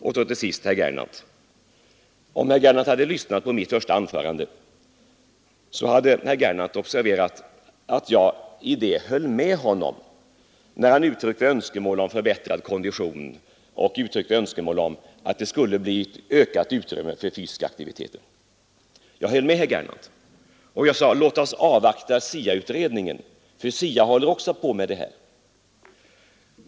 Om herr Gernandt hade lyssnat på mitt första anförande hade han observerat att jag höll med honom, när han uttryckte önskemål om förbättrad kondition och ökat utrymme för fysiska aktiviteter. Jag sade: Låt oss avvakta SIA-utredningen, för den håller också på med detta.